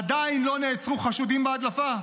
עדיין לא נעצרו חשודים בהדלפה.